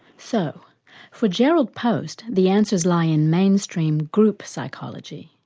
so for jerrold post the answers lie in mainstream group psychology.